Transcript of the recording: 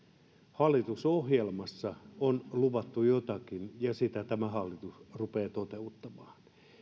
hallitusohjelmassa on luvattu jotakin ja sitä tämä hallitus rupeaa toteuttamaan